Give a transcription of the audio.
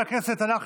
גם